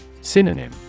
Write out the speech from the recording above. Synonym